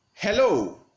Hello